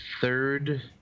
third